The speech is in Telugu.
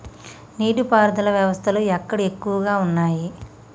నీటి పారుదల వ్యవస్థలు ఎక్కడ ఎక్కువగా ఉన్నాయి?